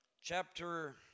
chapter